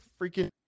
freaking